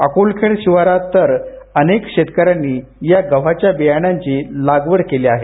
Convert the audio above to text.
अकोलखेड शिवारात तर अनेक शेतकऱ्यांनी या गव्हाच्या बियाण्यांची लागवड केली आहे